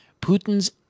Putin's